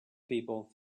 people